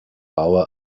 baue